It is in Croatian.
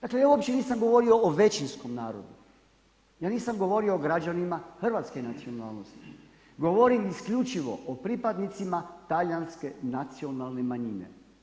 Dakle ja uopće nisam govorio o većinskom narodu, ja nisam govorio o građanima hrvatske nacionalnosti, govorim isključivo o pripadnicima talijanske nacionalne manjine.